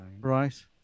right